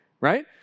right